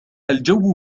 الجو